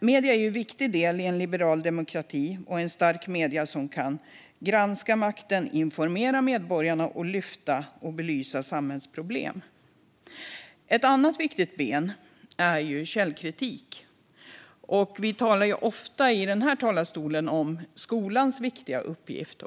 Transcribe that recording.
Medierna är en viktig del i en liberal demokrati som kan granska makten, informera medborgarna samt lyfta fram och belysa samhällsproblem. Ett annat viktigt ben är källkritik. Vi talar ofta i denna talarstol om skolans viktiga uppgift.